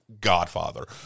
Godfather